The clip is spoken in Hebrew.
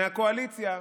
מהקואליציה,